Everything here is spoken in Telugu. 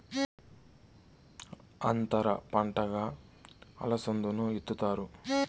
అంతర పంటగా అలసందను ఇత్తుతారు